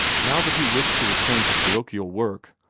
now that he wished to return to parochial work,